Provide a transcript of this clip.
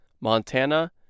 Montana